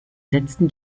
setzten